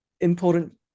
important